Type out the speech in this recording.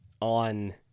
on